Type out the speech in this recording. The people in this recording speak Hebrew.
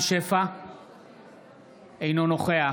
אינו נוכח